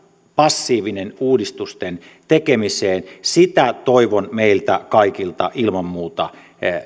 passiivinen uudistusten tekemiseen aktiivisuutta toivon meiltä kaikilta ilman muuta